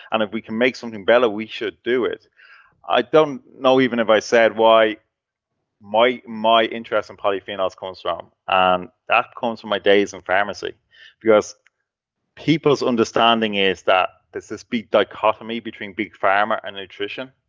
and if we can make something better we should do it i don't know even if i said why might my interest in polyphenols comes from and that comes from my days in and pharmacy because people's understanding is that there's this big dichotomy between big pharma and nutrition,